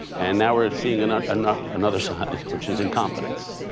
and now we're seeing and and and another side, which is incompetence.